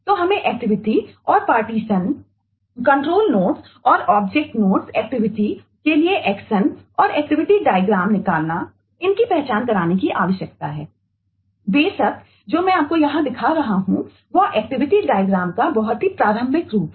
तो यह activity diagram का बहुत ही प्रारंभिक रूप है